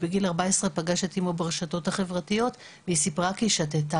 בגיל 14 פגש את אימו ברשתות החברתיות והיא סיפרה כי היא שתתה,